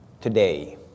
today